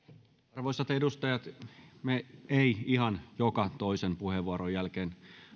arvoisat edustajat me emme ihan joka toisen puheenvuoron jälkeen